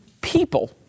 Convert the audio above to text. people